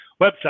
website